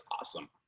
awesome